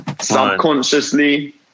Subconsciously